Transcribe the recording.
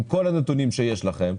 עם כל הנתונים שיש לכם,